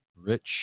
Rich